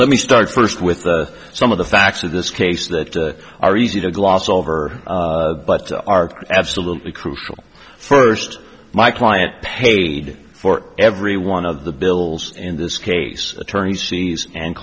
let me start first with some of the facts of this case that are easy to gloss over but are absolutely crucial first my client paid for every one of the bills in this case attorneys fees and